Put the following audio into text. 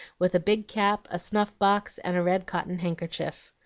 with a big cap, a snuff-box, and a red cotton handkerchief.